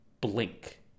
blink